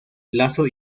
plazo